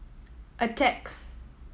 attack